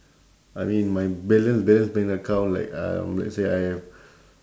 I mean my balance balance bank account like um let's say I have